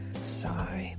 Sigh